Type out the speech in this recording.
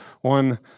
one